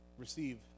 receive